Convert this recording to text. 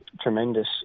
tremendous